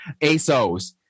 ASOS